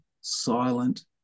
silent